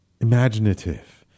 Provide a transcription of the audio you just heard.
imaginative